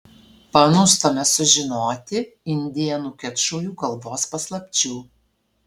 panūstame sužinoti indėnų kečujų kalbos paslapčių